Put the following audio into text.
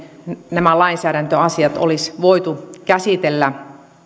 nämä lainsäädäntöasiat olisi voitu käsitellä